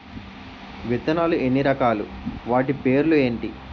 విత్తనాలు ఎన్ని రకాలు, వాటి పేర్లు ఏంటి?